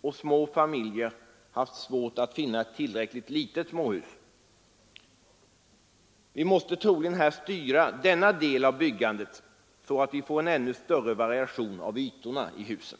och små familjer har haft svårt att finna ett tillräckligt litet småhus. Vi måste troligen här styra denna del av byggandet, så att vi får större variation på ytorna i husen.